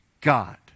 God